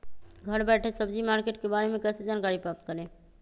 घर बैठे सब्जी मार्केट के बारे में कैसे जानकारी प्राप्त करें?